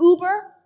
Uber